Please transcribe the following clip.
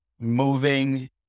moving